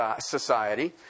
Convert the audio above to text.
society